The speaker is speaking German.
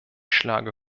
schlage